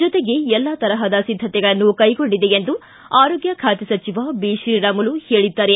ಜೊತೆಗೆ ಎಲ್ಲಾ ತರಹದ ಸಿದ್ಧತೆಗಳನ್ನು ಕೈಗೊಂಡಿದೆ ಎಂದು ಆರೋಗ್ಯ ಖಾತೆ ಸಚಿವ ಬಿತ್ರೀರಾಮುಲು ಹೇಳದ್ದಾರೆ